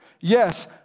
Yes